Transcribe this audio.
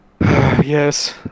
Yes